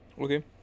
Okay